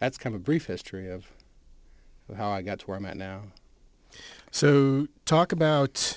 that's come a brief history of how i got to where i'm at now so talk about